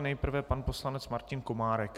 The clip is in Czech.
Nejprve pan poslanec Martin Komárek.